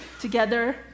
together